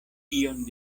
ion